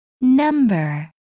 Number